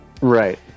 right